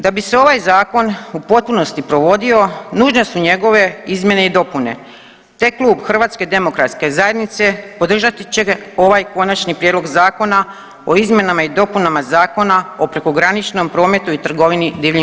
Da bi se ovaj zakon u potpunosti provodio nužne su njegove izmjene i dopune te Klub HDZ podržati će ovaj Konačni prijedlog Zakona o izmjenama i dopunama Zakona o prekograničnom prometu i trgovini divljim vrstama.